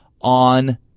on